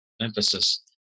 emphasis